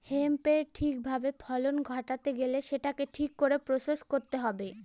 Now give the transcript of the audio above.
হেম্পের ঠিক ভাবে ফলন ঘটাতে গেলে সেটাকে ঠিক করে প্রসেস করতে হবে